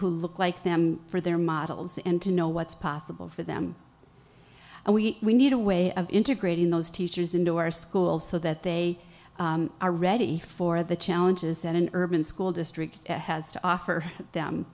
who look like them for their models and to know what's possible for them and we need a way of integrating those teachers into our schools so that they are ready for the challenges that an urban school district has to offer them